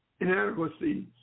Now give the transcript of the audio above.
inadequacies